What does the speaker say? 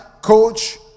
coach